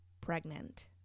pregnant